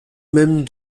même